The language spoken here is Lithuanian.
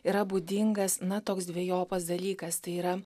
yra būdingas na toks dvejopas dalykas tai yra